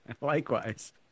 Likewise